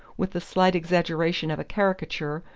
with the slight exaggeration of a caricature,